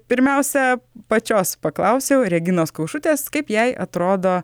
pirmiausia pačios paklausiau reginos kaušutės kaip jai atrodo